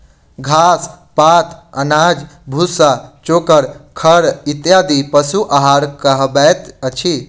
घास, पात, अनाज, भुस्सा, चोकर, खड़ इत्यादि पशु आहार कहबैत अछि